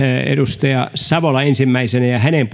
edustaja savola ensimmäisenä ja pyydän että hänen